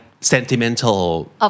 sentimental